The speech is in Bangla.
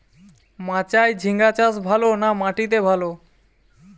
মাচায় ঝিঙ্গা চাষ ভালো না মাটিতে ভালো?